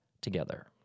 together